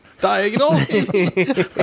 Diagonal